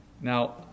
Now